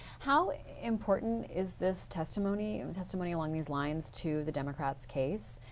how important is this testimony and testimony along these lines to the democrats case?